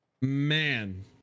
man